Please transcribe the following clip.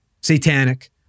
Satanic